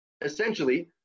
essentially